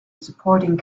supporting